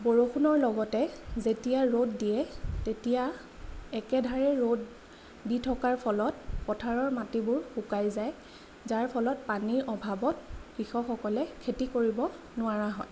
বৰষুণৰ লগতে যেতিয়া ৰ'দ দিয়ে তেতিয়া একেধাৰে ৰ'দ দি থকাৰ ফলত পথাৰৰ মাটিবোৰ শুকাই যায় যাৰ ফলত পানীৰ অভাৱত কৃষকসকলে খেতি কৰিব নোৱাৰা হয়